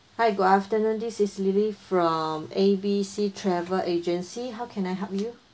hi good afternoon this is lily from A B C travel agency how can I help you